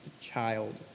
child